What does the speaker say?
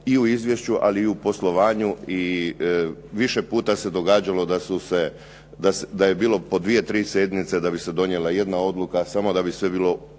i u izvješću ali i u poslovanju, i više puta se događalo da je bilo po dvije, tri sjednice da bi se donijela jedna odluka samo da bi sve bilo